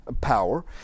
power